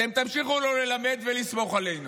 אתם תמשיכו לא ללמד ולסמוך עלינו.